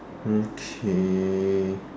okay